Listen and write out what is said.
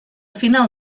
final